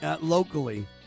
locally